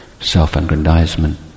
self-aggrandizement